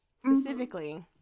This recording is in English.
Specifically